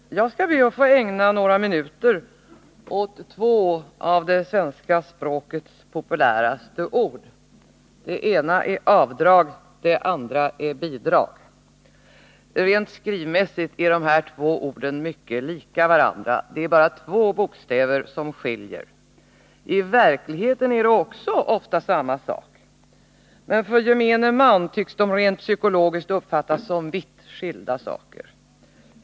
Herr talman! Jag skall be att få ägna några minuter åt två av det svenska språkets populäraste ord. Det ena är avdrag och det andra bidrag. Rent skrivmässigt är de här två orden mycket lika varandra, det är bara två bokstäver som skiljer. I verkligheten är det också ofta samma sak. Men för gemene man tycks de rent psykologiskt uppfattas som vitt skilda saker.